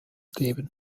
geben